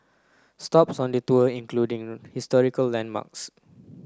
stops on the tour including historical landmarks